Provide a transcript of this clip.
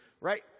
right